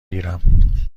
گیرم